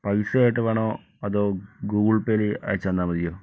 പൈസയായിട്ട് വേണോ അതോ Google Pay വഴി അയച്ചു തന്നാൽ മതിയോ